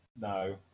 No